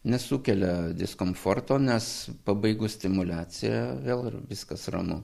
nesukelia diskomforto nes pabaigus stimuliaciją vėl viskas ramu